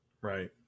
Right